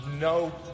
No